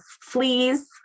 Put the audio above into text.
fleas